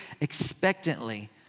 expectantly